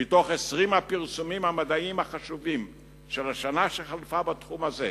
מתוך 20 הפרסומים המדעיים החשובים של השנה שחלפה בתחום הזה,